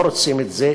לא רוצים את זה,